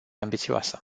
ambițioasă